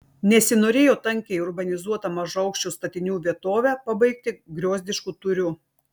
nesinorėjo tankiai urbanizuotą mažaaukščių statinių vietovę pabaigti griozdišku tūriu